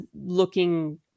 looking